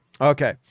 Okay